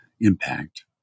impact